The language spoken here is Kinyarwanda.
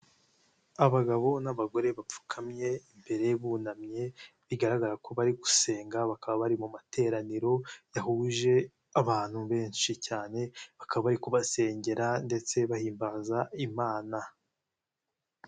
Abagabo n'abagore bapfukamye imbere bunamye bigaragara ko bari gusenga bakaba bari mu materaniro yahuje abantu benshi cyane bakaba bari kubasengera ndetse bahimbaza Imana.